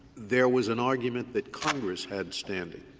there was an argument that congress had standing,